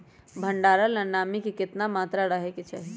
भंडारण ला नामी के केतना मात्रा राहेके चाही?